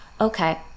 okay